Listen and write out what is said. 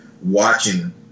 watching